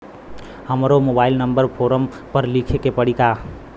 हमरो mobile number form पर लिखे के पड़ी का?